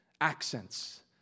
accents